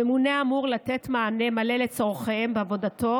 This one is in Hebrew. הממונה אמור לתת מענה מלא לצורכיהם בעבודתו